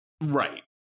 Right